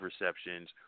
receptions